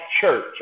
church